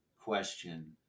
question